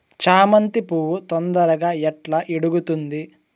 చామంతి పువ్వు తొందరగా ఎట్లా ఇడుగుతుంది?